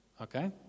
Okay